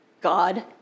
God